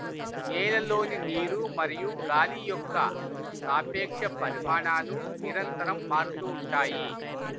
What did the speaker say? నేలలోని నీరు మరియు గాలి యొక్క సాపేక్ష పరిమాణాలు నిరంతరం మారుతూ ఉంటాయి